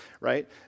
right